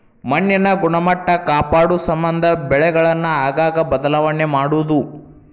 ಮಣ್ಣಿನ ಗುಣಮಟ್ಟಾ ಕಾಪಾಡುಸಮಂದ ಬೆಳೆಗಳನ್ನ ಆಗಾಗ ಬದಲಾವಣೆ ಮಾಡುದು